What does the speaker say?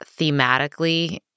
thematically